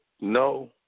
no